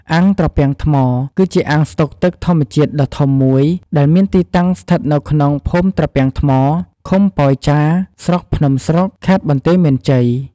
អាងត្រពាំងថ្ម គឺជាអាងស្តុកទឹកធម្មជាតិដ៏ធំមួយដែលមានទីតាំងស្ថិតនៅក្នុង ភូមិត្រពាំងថ្ម ឃុំប៉ោយចារ ស្រុកភ្នំស្រុក ខេត្តបន្ទាយមានជ័យ។